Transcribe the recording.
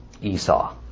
Esau